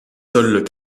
sols